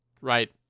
Right